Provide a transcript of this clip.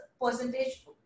percentage